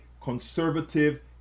conservative